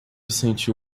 sentiu